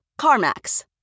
CarMax